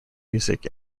music